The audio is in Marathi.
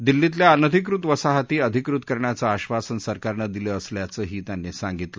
दिल्लीतल्या अनाधिकृत वसाहती अधिकृत करण्याचं आश्वासन सरकारनं दिलं असल्याचंही त्यांनी सांगितलं